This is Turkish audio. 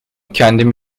kendim